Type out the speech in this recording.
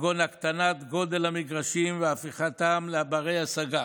כגון הקטנת גודל המגרשים והפיכתם לבני-השגה,